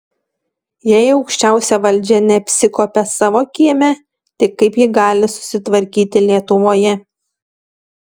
jei aukščiausia valdžia neapsikuopia savo kieme tai kaip ji gali susitvarkyti lietuvoje